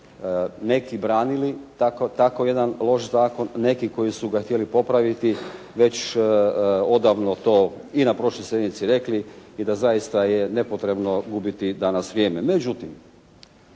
neki branili tako jedan loš zakon, neki koji su ga htjeli popraviti već su odavno to i na prošloj sjednici rekli i da zaista je nepotrebno gubiti danas vrijeme. Međutim,